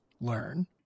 learn